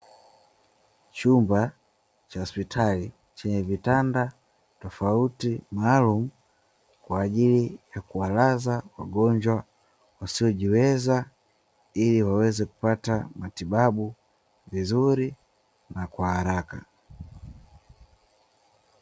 Chumba cha hospitali chenye vitanda tofauti maalumu, kwa ajili ya kuwalaza wagonjwa, wasiojiweza ili waweze kupata matibabu vizuri na kwa haraka.